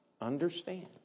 understand